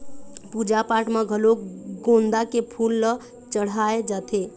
पूजा पाठ म घलोक गोंदा के फूल ल चड़हाय जाथे